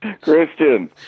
Christian